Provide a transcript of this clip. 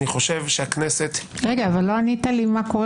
לא ענית מה קורה